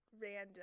random